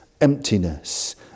emptiness